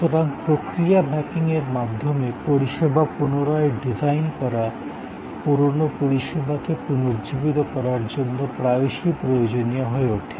সুতরাং প্রক্রিয়া ম্যাপিংয়ের মাধ্যমে পরিষেবা পুনরায় ডিজাইন করা পুরানো পরিষেবাকে পুনর্জীবিত করার জন্য প্রায়শই প্রয়োজনীয় হয়ে ওঠে